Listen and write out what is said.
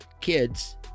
kids